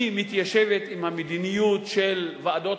היא מתיישבת עם המדיניות של ועדות